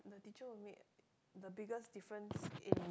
the teacher who made the biggest difference in